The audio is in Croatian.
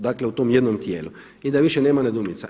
Dakle, u tom jednom tijelu i da više nema nedoumica.